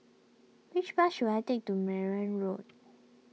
which bus should I take to Mayne Road